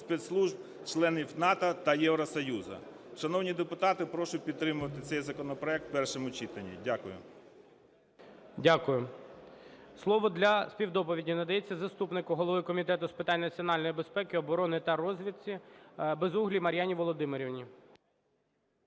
спецслужб членів НАТО та Євросоюзу. Шановні депутати, прошу підтримати цей законопроект в першому читанні. Дякую. ГОЛОВУЮЧИЙ. Дякую. Слово для співдоповіді надається заступнику голови Комітету з питань національної безпеки, оборони та розвідки Безуглій Мар'яні Володимирівні.